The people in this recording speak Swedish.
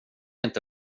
inte